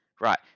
right